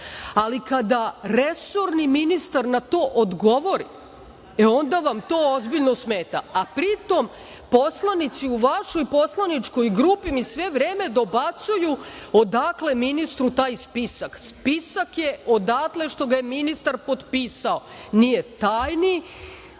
Ali kada resorni ministar na to odgovori, e onda vam to ozbiljno smeta, a pritom poslanici u vašoj poslaničkoj grupi mi sve vreme dobacuju – odakle ministru taj spisak? Spisak je odatle što ga je ministar potpisao, nije tajni,